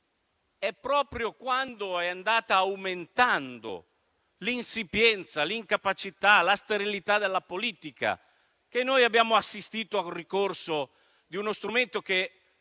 è proprio quando è andata aumentando l'insipienza, l'incapacità, la sterilità della politica che noi abbiamo assistito al ricorso ad uno strumento che,